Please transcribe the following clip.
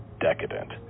decadent